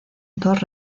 dos